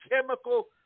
chemical